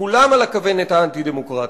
כולם על הכוונת האנטי-דמוקרטית.